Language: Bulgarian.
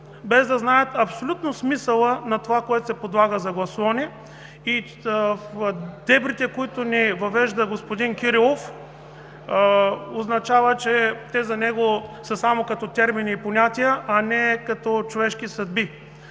без да знаят абсолютно смисъла на това, което се подлага на гласуване, и дебрите, в които ни въвежда господин Кирилов, означава, че за него те са само като термини и понятия, а не като човешки съдби